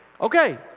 Okay